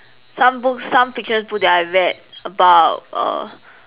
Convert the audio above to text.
some books some fiction book that I read about err